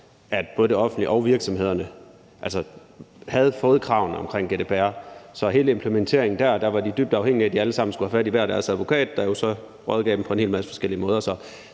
at både det offentlige og virksomhederne havde fået kravene omkring GDPR. Så i hele implementeringen dér var de dybt afhængige af, at de alle sammen skulle have fat i hver deres advokat, der jo så rådgav dem på en hel masse forskellige måder.